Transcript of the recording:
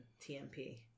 tmp